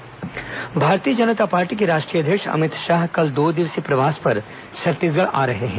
अमित शाह दौरा भारतीय जनता पार्टी के राष्ट्रीय अध्यक्ष अमित शाह कल दो दिवसीय प्रवास पर छत्तीसगढ़ आ रहे हैं